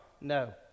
No